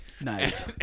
Nice